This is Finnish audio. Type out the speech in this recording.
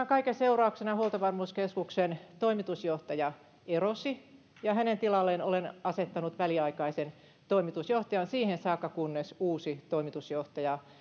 kaiken seurauksena huoltovarmuuskeskuksen toimitusjohtaja erosi ja hänen tilalleen olen asettanut väliaikaisen toimitusjohtajan siihen saakka kunnes uusi toimitusjohtaja